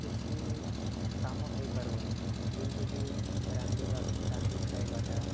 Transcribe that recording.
କିଛି ବି କାମ ହେଇପାରୁନି ଯେମିତିକି ରାନ୍ଧିବା ରାନ୍ଧି ଖାଇବାଟା